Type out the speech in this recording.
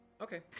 Okay